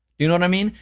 you know what i mean?